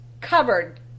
covered